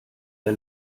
der